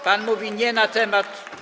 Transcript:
Pan mówi nie na temat.